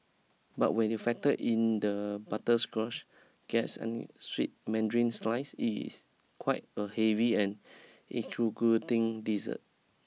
but when you factor in the butterscotch glace and sweet mandarin slices it is quite a heavy and intriguing dessert